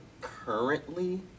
currently